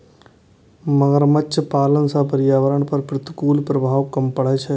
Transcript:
मगरमच्छ पालन सं पर्यावरण पर प्रतिकूल प्रभाव कम पड़ै छै